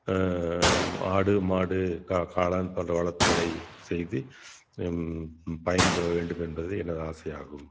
ஆடு மாடு கா காளான் போன்ற வளர்ப்புகளை செய்து பயன்பெற வேண்டுமென்பது எனது ஆசையாகும்